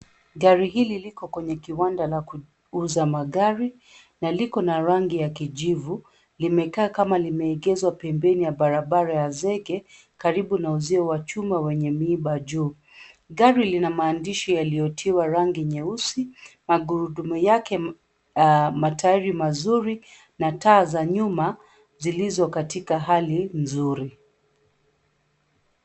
Gari hili liko kwenye kiwanda la kuuza magari, na liko na rangi ya kijivu, limekaa kama limeegezwa pembeni ya barabara ya zege, karibu na uzio wa chuma wenye miiba juu. Gari lina maandishi yaliyotiwa rangi nyeusi, magurudumu yake, matairi mazuri, na taa za nyuma, zilizo katika hali nzuri.